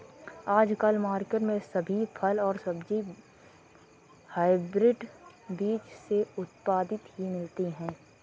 आजकल मार्केट में सभी फल और सब्जी हायब्रिड बीज से उत्पादित ही मिलती है